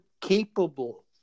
capable